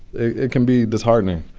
it can be disheartening